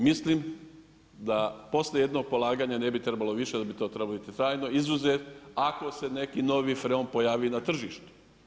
Mislim da poslije jednog polaganja ne bi trebalo više, da bi to trebalo biti trajno, izuzev ako se neki novi freon pojavi na tržištu.